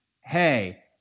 hey